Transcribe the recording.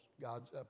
God's